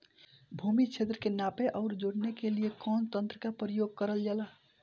भूमि क्षेत्र के नापे आउर जोड़ने के लिए कवन तंत्र का प्रयोग करल जा ला?